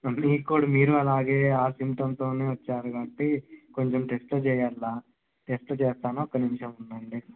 మీక్కూడ మీరు అలాగే ఆ సింటమ్స్ తోనే వచ్చారు కాబట్టి కొంచెం టెస్ట్లు చెయ్యలి టెస్ట్ చేస్తాను ఒక నిమిషం ఉండండి